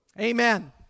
Amen